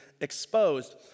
exposed